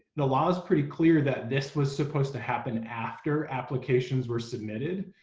the law is pretty clear that this was supposed to happen after applications were submitted.